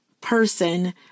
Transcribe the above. person